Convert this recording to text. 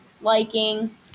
liking